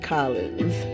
Collins